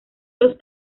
los